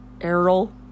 Errol